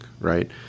right